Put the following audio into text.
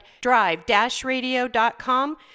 drive-radio.com